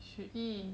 十一